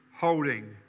holding